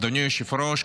אדוני היושב-ראש.